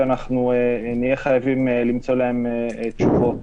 ונהיה חייבים למצוא להן תשובות.